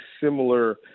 similar